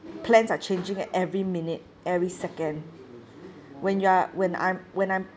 plans are changing at every minute every second when you're when I'm when I'm